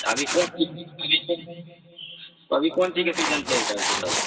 अभी कोन चीजके सीजन चलि रहल छै ओतऽ